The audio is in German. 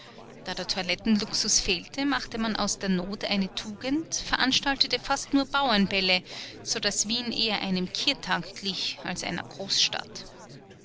da der toilettenluxus fehlte machte man aus der not eine tugend veranstaltete fast nur bauernbälle so daß wien eher einem kirtag glich als einer großstadt